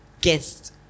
guest